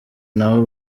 nabo